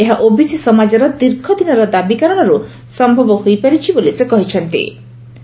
ଏହା ଓବିସି ସମାଜର ଦୀର୍ଘଦିନର ଦାବି କାରଣର୍ ସୟବ ହୋଇପାରିଛି ବୋଲି ସେ କହିଚ୍ଚନ୍ତି